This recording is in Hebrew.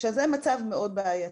עכשיו, זה מצב מאוד בעייתי.